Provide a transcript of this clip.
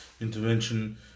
intervention